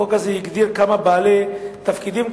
החוק הזה הגדיר כמה בעלי תפקידים,